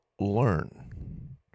learn